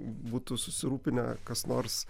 būtų susirūpinę kas nors